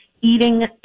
eating